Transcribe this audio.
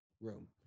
room